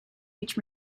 each